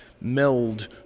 meld